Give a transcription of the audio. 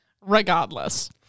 Regardless